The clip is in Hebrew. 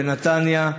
בנתניה,